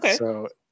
Okay